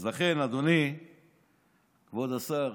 אז לכן, אדוני כבוד השר,